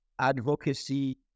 advocacy